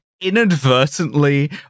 inadvertently